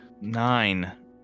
nine